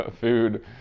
food